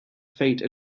fate